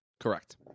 Correct